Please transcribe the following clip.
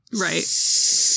Right